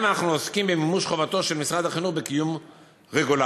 וכאן אנחנו עוסקים במימוש חובתו של משרד החינוך בקיום רגולציה.